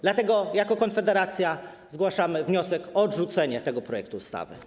Dlatego jako Konfederacja zgłaszamy wniosek o odrzucenie tego projektu ustawy.